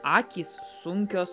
akys sunkios